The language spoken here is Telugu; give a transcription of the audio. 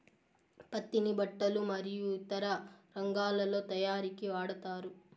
పత్తిని బట్టలు మరియు ఇతర రంగాలలో తయారీకి వాడతారు